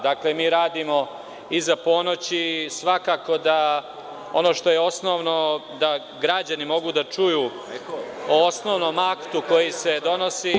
Dakle, mi radimo iza ponoći i svakako da ono što je osnovno, da građani mogu da čuju o osnovnom aktu koji se donosi…